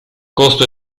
costo